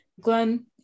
glenn